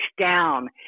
down